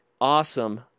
Awesome